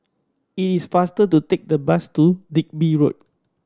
it is faster to take the bus to Digby Road